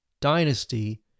dynasty